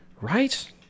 Right